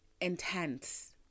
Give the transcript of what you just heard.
intense